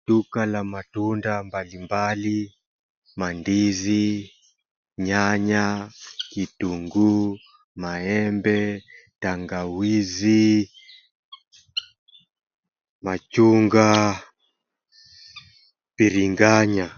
Duka la matunda mbalimbali mandizi, nyanya, kitunguu, maembe, tangawizi, machungaa biringanya.